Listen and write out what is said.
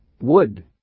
Wood